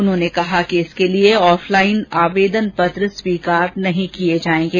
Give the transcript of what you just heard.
उन्होंने बताया कि इसके लिए ऑफलाइन आवेदन पत्र स्वीकार नहीं किये जाएंगे